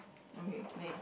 okay next